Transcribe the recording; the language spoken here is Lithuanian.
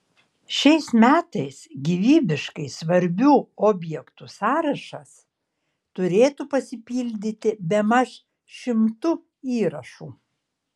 šiais metais gyvybiškai svarbių objektų sąrašas turėtų pasipildyti bemaž šimtu įrašų